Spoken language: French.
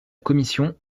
commission